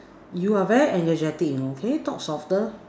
you are very energetic you know can you talk softer